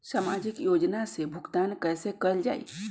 सामाजिक योजना से भुगतान कैसे कयल जाई?